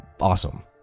awesome